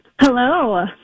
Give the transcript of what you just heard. Hello